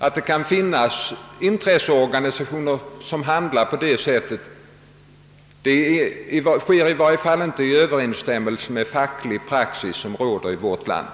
Om vissa intresseorganisationer handlar på detta sätt, står det i varje fall inte i överensstämmelse med den fackliga praxis som råder i vårt land.